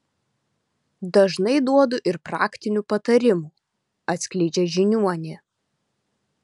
dažnai duodu ir praktinių patarimų atskleidžia žiniuonė